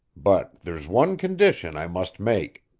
but there's one condition i must make.